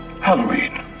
Halloween